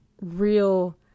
real